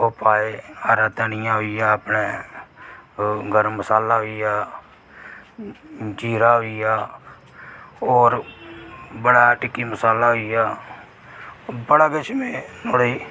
ओह् पाए हरा धनिया होई गेआ जां अपने गर्म मसाला होई गेआ जीरा होई गेआ और टिक्की मसाला होई गेआ बड़ा किश में नुआढ़े च